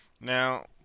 Now